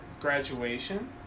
Graduation